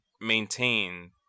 maintain